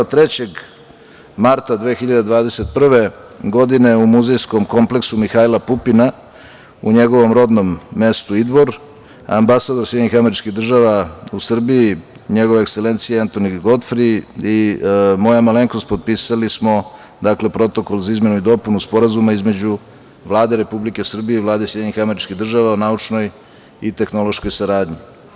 Trećeg marta 2021. godine u muzejskom kompleksu „Mihajla Pupina“ u njegovom rodnom mestu Idvor, ambasador SAD u Srbiji, njegova ekselencija Entoni Gotfri i moja malenkost potpisali smo Protokol za izmenu i dopunu Sporazuma između Vlade Republike Srbije i Vlade Sjedinjenih Američkih Država o naučnoj i tehnološkoj saradnji.